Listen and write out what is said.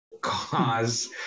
cause